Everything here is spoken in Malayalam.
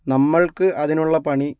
നമ്മൾക്ക് അതിനുള്ള പണി